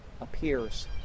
appears